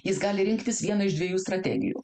jis gali rinktis vieną iš dviejų strategijų